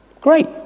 Great